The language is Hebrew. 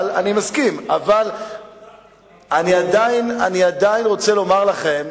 אני מסכים, אבל אני עדיין רוצה לומר לכם,